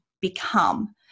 become